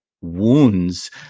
wounds